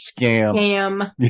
scam